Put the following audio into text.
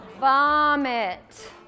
Vomit